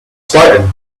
spartan